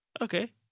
Okay